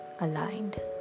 aligned